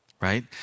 right